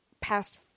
past